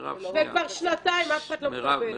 וכבר שנתיים אף אחד לא מטפל,